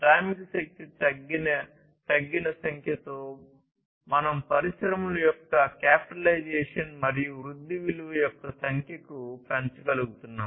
శ్రామిక శక్తి తగ్గిన సంఖ్యతో మనం పరిశ్రమల యొక్క క్యాపిటలైజేషన్ మరియు వృద్ధి విలువ యొక్క సంఖ్యను పెంచగలుగుతున్నాము